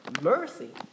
mercy